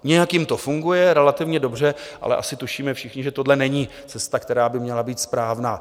Nějak jim to funguje, relativně dobře, ale asi tušíme všichni, že tohle není cesta, která by měla být správná.